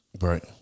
Right